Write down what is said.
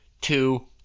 two